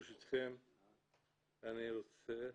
ברשותכם, אני רוצה